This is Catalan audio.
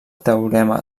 teorema